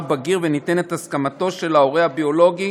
בגיר וניתנת הסכמתו של ההורה הביולוגי